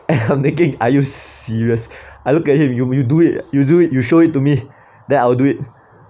and I'm thinking are you serious I looked at him you you do it you do it you show it to me then I'll do it